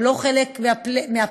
שהם לא חלק מהפלייליסט.